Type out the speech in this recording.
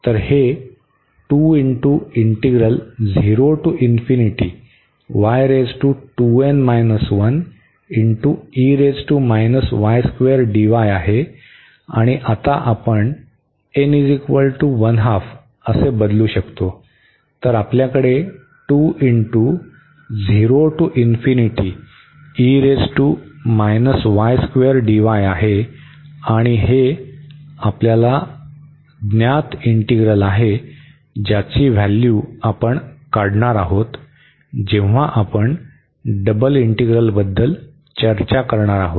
तर हे आहे आणि आता आपण असे बदलू शकतो तर आपल्याकडे आहे आणि हे आपल्याला ज्ञात इंटीग्रल आहे ज्याची व्हॅल्यू आपण काढणार आहोत जेव्हा आपण डबल इंटीग्रलबद्दल चर्चा करणार आहोत